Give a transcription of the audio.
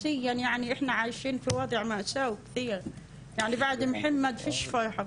השמחה לא נכנסת אלינו הביתה, אנחנו בעצב אחד גדול.